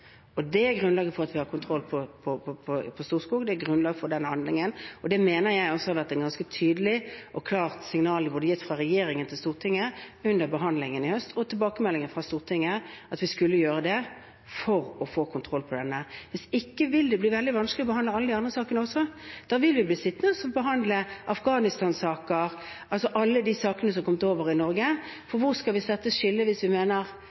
Det er grunnlaget for at vi har kontroll på Storskog, det er grunnlaget for denne handlingen, og det mener jeg også har vært et ganske tydelig og klart signal, både gitt fra regjeringen til Stortinget under behandlingen i høst og i tilbakemeldingen fra Stortinget om at vi skulle gjøre det for å få kontroll med dette. Hvis ikke vil det bli veldig vanskelig å behandle de andre sakene også. Da vil vi bli sittende og behandle Afghanistan-saker, altså alle sakene for dem som er kommet over til Norge – for hvor skal vi sette skillet hvis vi mener